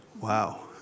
Wow